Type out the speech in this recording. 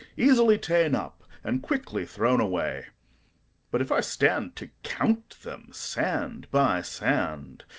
easily ta'en up, and quickly thrown away but if i stand to count them sand by sand,